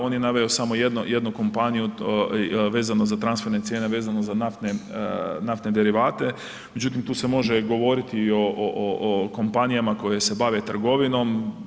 On je naveo samo jednu kompaniju vezano za transferne cijene, vezano za naftne derivate međutim tu se može govoriti i o kompanijama koje se bave trgovinom.